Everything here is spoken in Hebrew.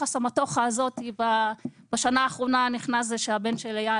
הסמטוחה הזאת בשנה האחרונה נכנס הבן של אייל,